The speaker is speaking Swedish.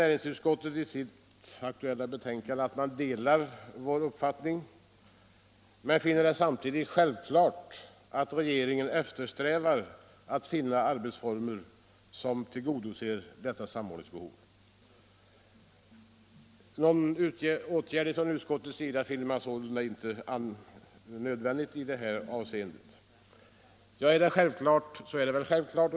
Näringsutskottet säger i sitt föreliggande betänkande att man delar vår uppfattning men finner det samtidigt självklart att regeringen eftersträvar att finna arbetsformer som tillgodoser detta samordningsbehov. Någon åtgärd från utskottets sida finner utskottet inte motiverad. Ja, är detta självklart så är det väl självklart.